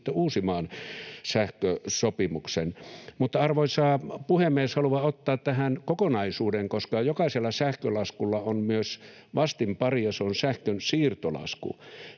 sitten uusimaan sähkösopimuksen. Mutta, arvoisa puhemies, haluan ottaa tähän kokonaisuuden, koska jokaisella sähkölaskulla on myös vastinpari, ja se on sähkön siirtolasku.